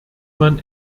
man